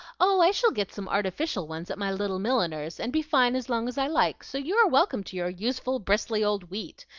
oh, i shall get some artificial ones at my little milliner's, and be fine as long as i like so you are welcome to your useful, bristly old wheat,